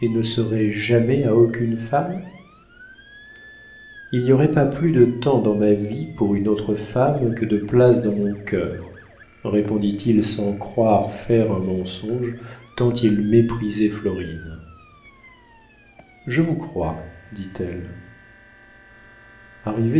ne serez jamais à aucune femme il n'y aurait pas plus de temps dans ma vie pour une autre femme que de place dans mon cœur répondit-il sans croire faire un mensonge tant il méprisait florine je vous crois dit-elle